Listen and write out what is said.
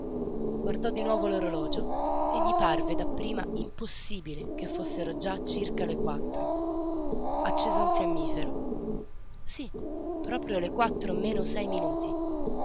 guardò di nuovo l'orologio e gli parve da prima impossibile che fossero già circa le quattro accese un fiammifero sí proprio le quattro meno sei minuti